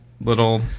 little